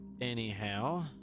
Anyhow